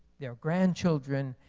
their grandchildren,